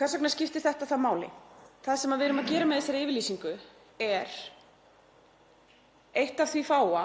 Hvers vegna skiptir þá þetta máli? Það sem við erum að gera með þessari yfirlýsingu er eitt af því fáa